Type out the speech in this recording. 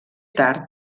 tard